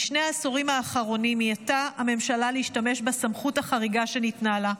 בשני העשורים האחרונים מיעטה הממשלה להשתמש בסמכות החריגה שניתנה לה.